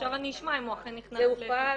עכשיו אני אשמע אם זה אכן נכנס ל --- הוא הופעל,